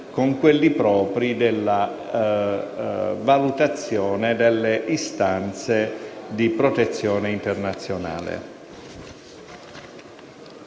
con quelli propri della valutazione delle istanze di protezione internazionale.